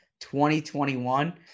2021